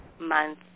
month